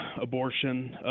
abortion